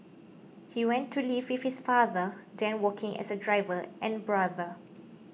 he went to live with his father then working as a driver and brother